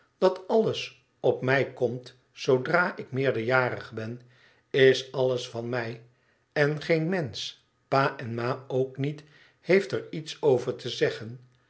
dat alles op mij komt zoodra ik meerderjarig ben is alles van mij en geen mensch pa en ma ook niet heeft er iets over te zeggen